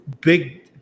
big